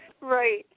Right